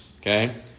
okay